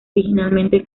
originalmente